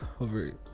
over